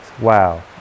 Wow